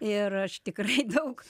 ir aš tikrai daug